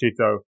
Chito